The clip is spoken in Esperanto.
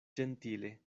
ĝentile